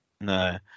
No